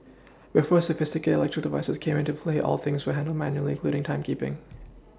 before sophisticated electrical devices came into play all things were handled manually including timekeePing